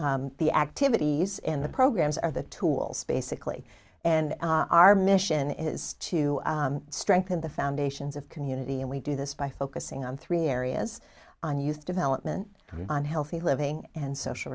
the activities in the programs are the tools basically and our mission is to strengthen the foundations of community and we do this by focusing on three areas on use development on healthy living and social